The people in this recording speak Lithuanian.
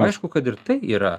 aišku kad ir tai yra